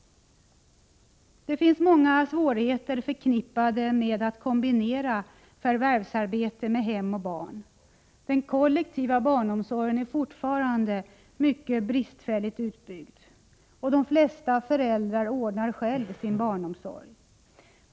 Det finns många svårigheter förknippade med att kombinera förvärvsarbete med hem och barn. Den kollektiva barnomsorgen är fortfarande mycket bristfälligt utbyggd. De flesta föräldrar ordnar själva sin barnomsorg.